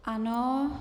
Ano.